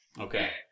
Okay